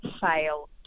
fail